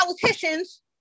politicians